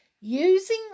Using